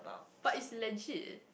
but it's legit